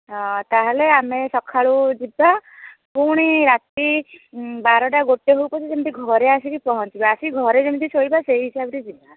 ହଁ ତା'ହେଲେ ଆମେ ସକାଳୁ ଯିବା ପୁଣି ରାତି ବାରଟା ଗୋଟେ ହଉ ପଛେ ଯେମିତି ଘରେ ଆସିକି ପହଞ୍ଚିବା ଆସିକି ଘରେ ଯେମିତି ଶୋଇବା ସେଇ ହିସାବରେ ଯିବା